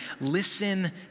Listen